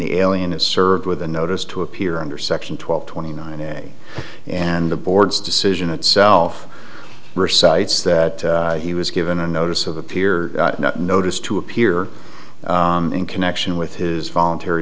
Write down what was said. the alien is served with a notice to appear under section twelve twenty nine and the board's decision itself recites that he was given a notice of appear not notice to appear in connection with his voluntary